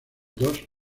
dos